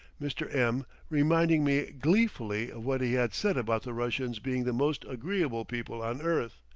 mr. m reminding me gleefully of what he had said about the russians being the most agreeable people on earth,